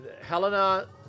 Helena